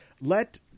let